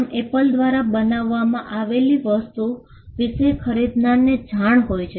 આમ એપલ દ્વારા બનાવમાં આવેલ વસ્તુ વિશે ખરીદનારને જાણ હોય જ છે